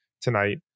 tonight